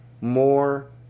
more